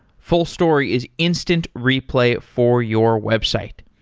fullstory is instant replay for your website.